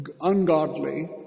ungodly